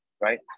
right